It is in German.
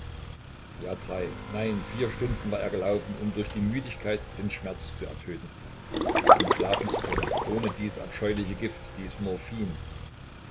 ja drei nein vier stunden war er gelaufen um durch die müdigkeit den schmerz zu ertöten um schlafen zu können ohne dies abscheuliche gift dies